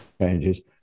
changes